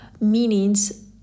meanings